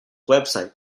website